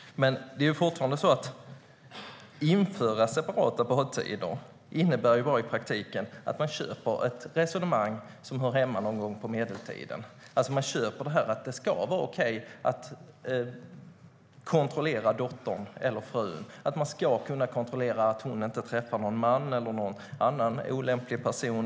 Att införa separata badtider innebär i praktiken att man köper ett resonemang som hör hemma någonstans i medeltiden. Man köper att det ska vara okej att kontrollera dottern eller frun. Man ska kunna kontrollera att hon inte träffar någon man eller någon annan olämplig person.